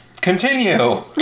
continue